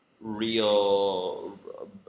real